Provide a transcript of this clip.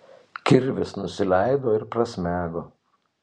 kirvis nusileido ir prasmego